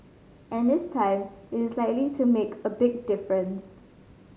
and this time it is likely to make a big difference